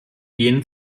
gehen